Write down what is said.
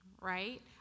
Right